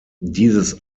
dieses